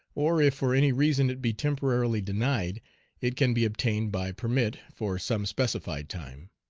or if for any reason it be temporarily denied it can be obtained by permit for some specified time.